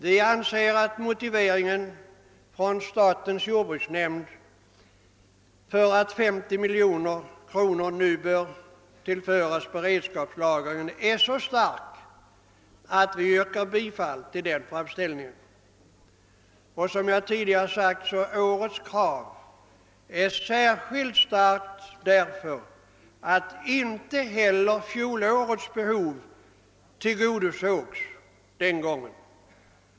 Vi anser att motiveringen från statens jordbruksnämnd för att 50 miljoner kronor bör användas för beredskapslagring är så stark att vi yrkar bifall till den framställningen. Årets krav är, som jag redan framhållit, särskilt berättigat eftersom inte heller fjolårets behov tillgodosågs.